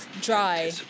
dry